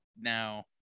Now